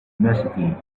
immensity